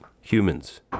Humans